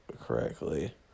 correctly